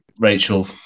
Rachel